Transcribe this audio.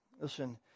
Listen